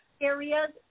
areas